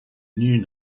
new